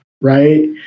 Right